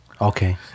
Okay